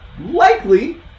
likely